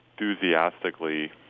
enthusiastically